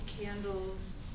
candles